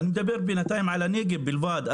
אני מדבר בינתיים על הנגב בלבד,